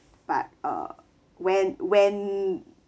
but err when when